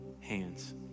hands